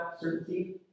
certainty